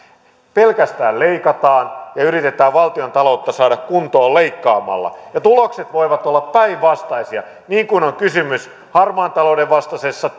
pelkästään leikataan ja yritetään valtiontaloutta saada kuntoon leikkaamalla tulokset voivat olla päinvastaisia niin kuin on kysymys harmaan talouden vastaisessa